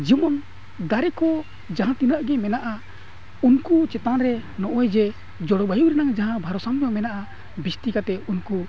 ᱡᱮᱢᱚᱱ ᱫᱟᱨᱮ ᱠᱚ ᱡᱟᱦᱟᱸ ᱛᱤᱱᱟᱹᱜ ᱜᱮ ᱢᱮᱱᱟᱜᱼᱟ ᱩᱱᱠᱩ ᱪᱮᱛᱟᱱ ᱨᱮ ᱱᱚᱜᱼᱚᱭ ᱡᱮ ᱡᱚᱞᱚᱵᱟᱭᱩ ᱨᱮᱱᱟᱜ ᱡᱟᱦᱟᱸ ᱵᱷᱟᱨᱥᱟᱢᱢᱚ ᱢᱮᱱᱟᱜᱼᱟ ᱵᱤᱥᱛᱤ ᱠᱟᱛᱮᱫ ᱩᱱᱠᱩ